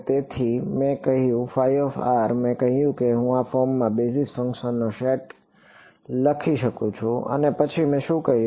તેથી મેં કહ્યું મેં કહ્યું કે હું આ ફોર્મમાં બેઝિસ ફંક્શનનો સેટ લખી શકું છું અને પછી મેં શું કહ્યું